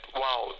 wow